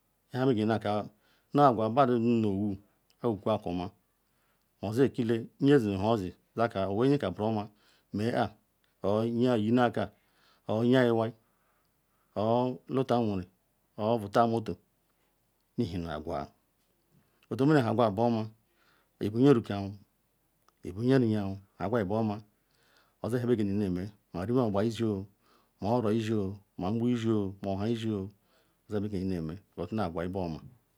yahamejinaka nu aqwa badu zinuowo owoka nkeoma mozi ekile nyezi huonzi yaka owee nyeka buruoma meakpa or yinaka or yayi-iwai or luta-nweren or vuta motor ihena aqwaa but omene nu ha agwa buoma ibu nyerukwo ibunyenyaoo aqwa buoma oza nhe begini neme, ma ogba nzioo ma oro nzioo ma ngbu nzioo ola oha nzioo oza nhe be yine neme because nu aqwa buoma.